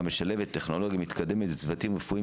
המשלבת טכנולוגיה מתקדמת עם צוותים רפואיים,